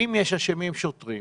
אם יש שוטרים אשמים